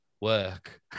work